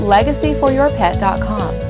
LegacyForYourPet.com